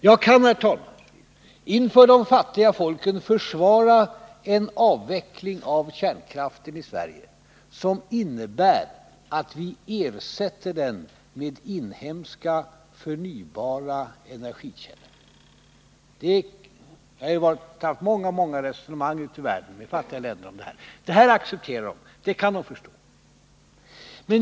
Jag kan, herr talman, inför de fattiga folken försvara en avveckling av kärnkraften i Sverige som innebär att vi ersätter den med inhemska förnybara energikällor. Jag har haft många, många resonemang ute i de fattiga länderna om detta. Det här accepterar de — det kan de förstå.